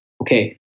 Okay